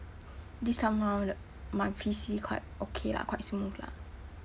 this time round the my P_C quite okay lah quite smooth lah